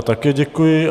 Také děkuji.